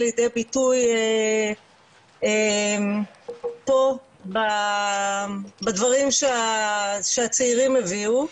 לידי ביטוי פה בדברים שהצעירים הביאו,